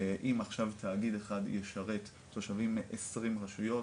אם עכשיו תאגיד אחד ישרת תושבים מ- 20 רשויות,